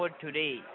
today